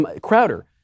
Crowder